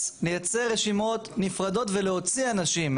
לייצר רשימות נפרדות ולהוציא אנשים,